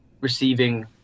receiving